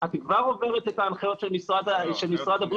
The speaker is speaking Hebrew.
את כבר עוברת את ההנחיות של משרד הבריאות,